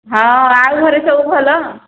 ହଁ ଆଉ ଘରେ ସବୁ ଭଲ